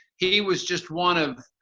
he was just one of